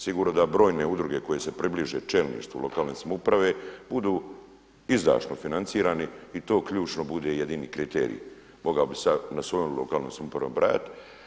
Sigurno da brojne udruge koje se približe čelništvu lokalne samouprave budu izdašno financirani i to ključno bude jedini kriterij, mogao bi sada na svojoj lokalnoj samoupravi nabrajati.